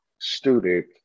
student